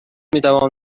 میتوان